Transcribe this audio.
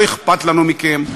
לא אכפת לנו מכם,